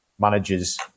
managers